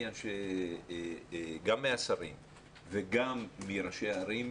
גם מהשרים וגם מראשי הערים,